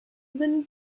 than